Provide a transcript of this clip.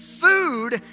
Food